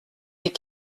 des